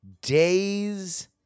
days